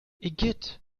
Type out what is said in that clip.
igitt